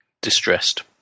Distressed